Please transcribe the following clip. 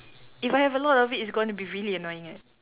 if I have a lot of it it's gonna be really annoying eh